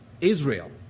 Israel